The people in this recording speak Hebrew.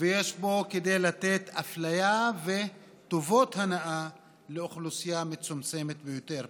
ויש פה כדי אפליה וטובות הנאה לאוכלוסייה מצומצמת ביותר,